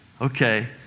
Okay